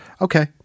Okay